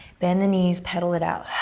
bend the knees. pedal it out.